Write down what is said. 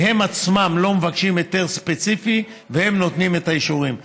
והן עצמן לא מבקשות היתר ספציפי ונותנות את האישורים.